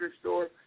store